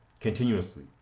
continuously